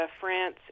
France